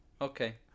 Okay